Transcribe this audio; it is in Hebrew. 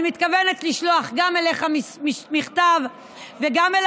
אני מתכוונת לשלוח גם אליך מכתב וגם אל